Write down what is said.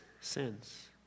sins